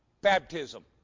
baptism